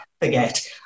forget